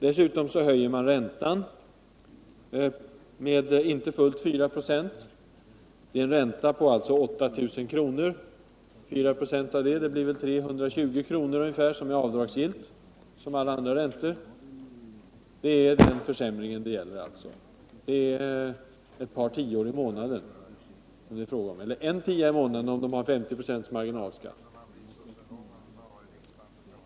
Dessutom höjs räntan med inte fullt 4 26, varför årsräntan på 8 000 kr. blir ungefär 320 kr. högre — men det beloppet är liksom alla andra räntor ett avdragsgillt belopp. Det är den försämringen det gäller, dvs. det kan bli fråga om en tia i månaden, om de har 50 procents marginalskatt.